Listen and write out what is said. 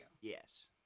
Yes